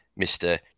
mr